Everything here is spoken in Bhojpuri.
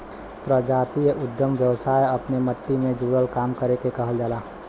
प्रजातीय उद्दम व्यवसाय अपने मट्टी से जुड़ल काम करे के कहल जाला